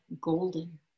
golden